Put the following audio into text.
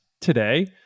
today